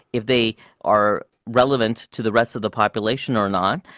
if they are relevant to the rest of the population or not.